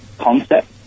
concept